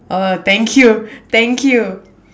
oh thank you thank you